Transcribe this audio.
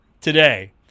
today